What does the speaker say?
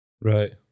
Right